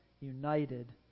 united